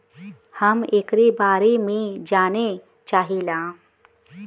हम एकरे बारे मे जाने चाहीला?